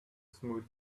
smooth